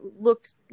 looked